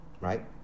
right